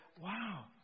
Wow